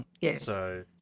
yes